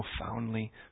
profoundly